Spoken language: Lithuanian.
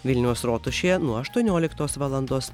vilniaus rotušėje nuo aštuonioliktos valandos